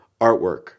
artwork